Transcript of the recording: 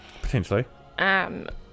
Potentially